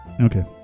Okay